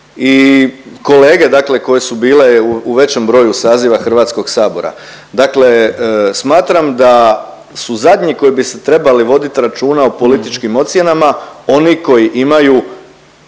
i kolege koje su bile u većem broju saziva HS-a. Dakle, smatram da su zadnji koji bi se trebali vodit računa o političkim ocjenama oni koji imaju